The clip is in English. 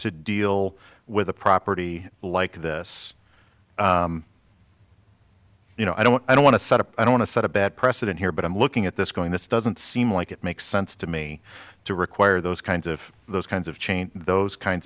to deal with the property like this you know i don't i don't want to sort of i want to set a bad precedent here but i'm looking at this going this doesn't seem like it makes sense to me to require those kinds of those kinds of change those kinds